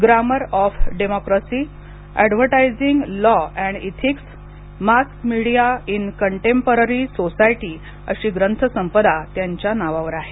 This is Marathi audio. grammar of democracy advertising law and ethics mass media in contemporary society अशी ग्रंथसंपदा त्यांच्या नावावर आहे